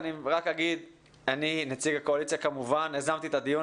אני רק אומר שאני נציג הקואליציה ויזמתי את הדיון